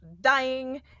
dying